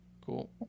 Cool